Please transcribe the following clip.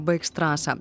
baigs trasą